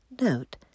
Note